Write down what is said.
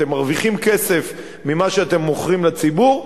אתם מרוויחים כסף ממה שאתם מוכרים לציבור,